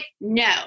No